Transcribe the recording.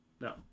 no